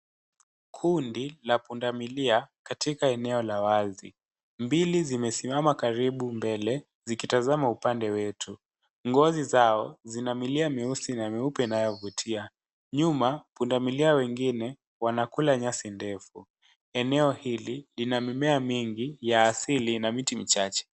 Kundi la punda milia katika eneo la Wazj mbili zimesimama karibu mbele zikitazama . Ngozi zao zina milia meusi na meppe inayofutia nyuma Punda milia wengine wanakula nyasi ndefu eneo hili lina mimea mingi ya asili na miti michache.